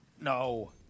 No